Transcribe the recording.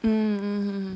mm mm mm